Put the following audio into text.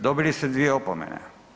Dobili ste dvije opomene.